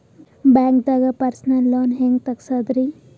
ಬ್ಯಾಂಕ್ದಾಗ personal loan ಹೆಂಗ್ ತಗ್ಸದ್ರಿ?